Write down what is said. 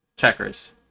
checkers